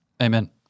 Amen